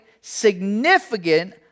significant